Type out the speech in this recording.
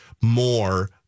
more